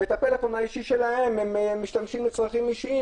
ובטלפון האישי שלהם הם משתמשים לצרכים אישיים